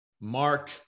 Mark